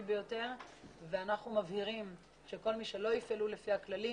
ביותר ואנחנו מבהירים שכל מי שלא יפעלו לפי הכללים,